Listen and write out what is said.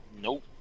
Nope